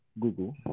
Google